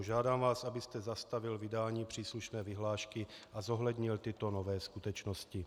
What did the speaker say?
Žádám vás, abyste zastavil vydání příslušné vyhlášky a zohlednil tyto nové skutečnosti.